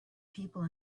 people